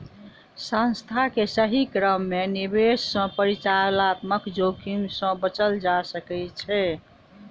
संस्थान के सही क्रम में निवेश सॅ परिचालनात्मक जोखिम से बचल जा सकै छै